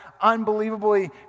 unbelievably